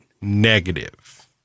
negative